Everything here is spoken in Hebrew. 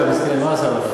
למה לא?